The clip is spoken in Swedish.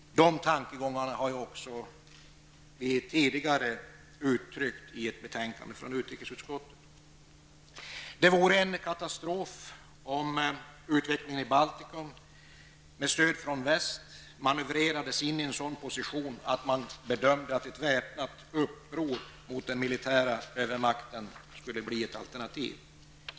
De här tankegångarna har kommit till uttryck tidigare i ett betänkande från utrikesutskottet. Det vore en katastrof om utvecklingen i Baltikum med stöd från väst manövrerades in i en sådan position att ett väpnat uppror mot den militära övermakten skulle bedömas vara alternativet.